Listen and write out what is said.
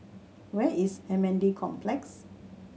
where is M N D Complex